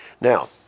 Now